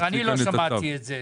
אני לא שמעתי את זה.